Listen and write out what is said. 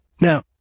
Now